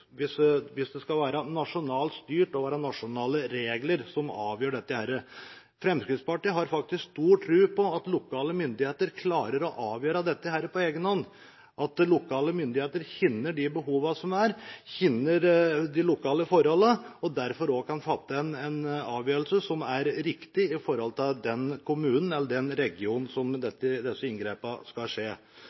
hvis det skal være nasjonalt styrt, at det skal være nasjonale regler som avgjør dette. Fremskrittspartiet har faktisk stor tro på at lokale myndigheter klarer å avgjøre dette på egenhånd, at lokale myndigheter kjenner de behovene som er, kjenner de lokale forholdene, og derfor kan fatte en avgjørelse som er riktig for den kommunen eller den regionen hvor disse inngrepene skal skje.